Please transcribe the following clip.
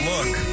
Look